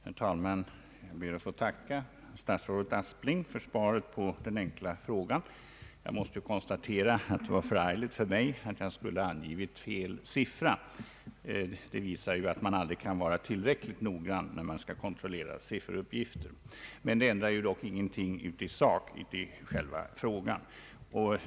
Herr talman! Jag ber att få tacka statsrådet Aspling för svaret på min enkla fråga. Jag måste konstatera att det var förargligt för mig att jag angivit fel siffra i min fråga. Det visar att man aldrig kan vara tillräckligt noggrann när man skall kontrollera sifferuppgifter. Emellertid ändrar det ingenting i sak i frågan.